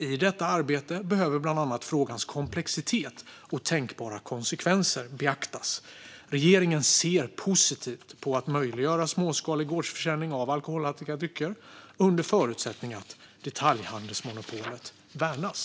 I detta arbete behöver bland annat frågans komplexitet och tänkbara konsekvenser beaktas. Regeringen ser positivt på att möjliggöra småskalig gårdsförsäljning av alkoholhaltiga drycker under förutsättning att detaljhandelsmonopolet värnas.